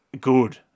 Good